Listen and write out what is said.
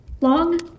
Long